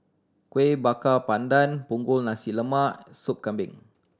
Kuih Bakar Pandan Punggol Nasi Lemak Sup Kambing